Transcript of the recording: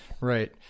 Right